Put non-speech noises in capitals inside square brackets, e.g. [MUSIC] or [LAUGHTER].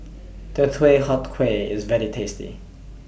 [UNINTELLIGIBLE] Huat Kueh IS very tasty